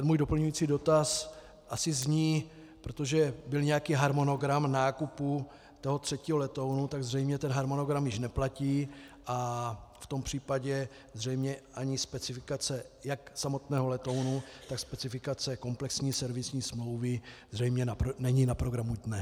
Můj doplňující dotaz asi zní, protože byl nějaký harmonogram nákupu třetího letounu, tak zřejmě harmonogram již neplatí a v tom případě zřejmě ani specifikace jak samotného letounu, tak specifikace komplexní servisní smlouvy není na programu dne.